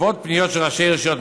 בעקבות פניות של ראשי רשויות,